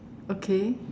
okay